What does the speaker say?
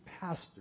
pastor